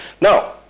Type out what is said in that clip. Now